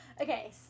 Okay